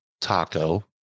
taco